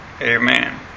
Amen